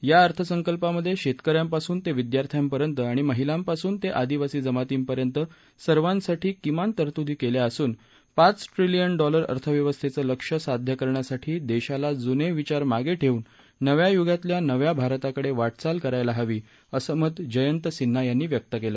या अर्थसंकल्पामध्ये शेतकऱ्यांपासून ते विद्यार्थ्यांपर्यंत आणि महिलांपासून ते आदिवासी जमातीपर्यंत सर्वासाठी किमान तरतुदी केल्या असून पाच ट्रिलियन डॉलर अर्थव्यवस्थेचं लक्ष्य साध्य करण्यासाठी देशाला जुने विचार मागे ठेवून नव्या युगातल्या नव्या भारताकडे वाटचाल करायला हवी असं मत जयंत सिन्हा यांनी व्यक्त केलं